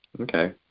Okay